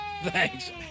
Thanks